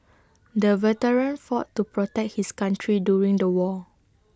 the veteran fought to protect his country during the war